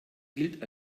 gilt